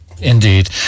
Indeed